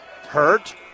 Hurt